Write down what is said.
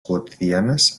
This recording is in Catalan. quotidianes